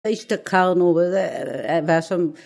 השתכרנו והיה שם...